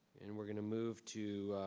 and we're gonna move to